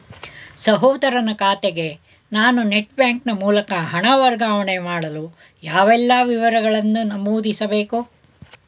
ಸಹೋದರನ ಖಾತೆಗೆ ನಾನು ನೆಟ್ ಬ್ಯಾಂಕಿನ ಮೂಲಕ ಹಣ ವರ್ಗಾವಣೆ ಮಾಡಲು ಯಾವೆಲ್ಲ ವಿವರಗಳನ್ನು ನಮೂದಿಸಬೇಕು?